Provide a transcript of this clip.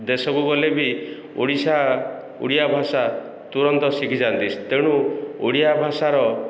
ଦେଶକୁ ଗଲେ ବି ଓଡ଼ିଶା ଓଡ଼ିଆ ଭାଷା ତୁରନ୍ତ ଶିଖିଯାଆନ୍ତି ତେଣୁ ଓଡ଼ିଆ ଭାଷାର